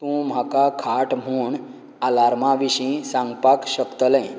तूं म्हाका खाट म्हूण आलार्मा विशीं सांगपाक शकतलें